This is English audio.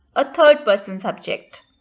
a third person subject.